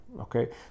okay